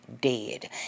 dead